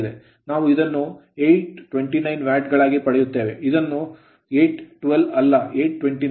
ನಾವು ಇದನ್ನು 829 ವ್ಯಾಟ್ ಗಳಾಗಿ ಪಡೆಯುತ್ತೇವೆ ಇದು 812 ಅಲ್ಲ 829 ಅಥವಾ 0